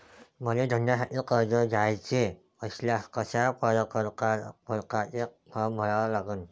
मले धंद्यासाठी कर्ज घ्याचे असल्यास कशा परकारे फारम भरा लागन?